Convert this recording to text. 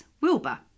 Wilbur